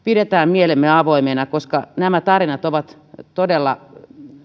mielemme avoimina koska nämä tarinat ovat todella